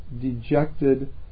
dejected